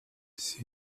ces